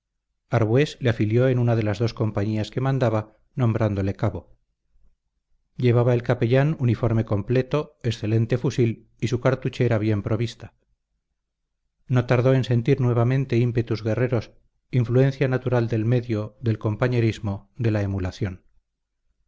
arrojo arbués le afilió en una de las dos compañías que mandaba nombrándole cabo llevaba el capellán uniforme completo excelente fusil y su cartuchera bien provista no tardó en sentir nuevamente ímpetus guerreros influencia natural del medio del compañerismo de la emulación